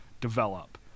develop